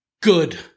good